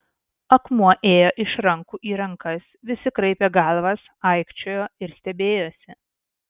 akmuo ėjo iš rankų į rankas visi kraipė galvas aikčiojo ir stebėjosi